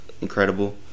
incredible